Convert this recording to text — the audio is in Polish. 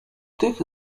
tych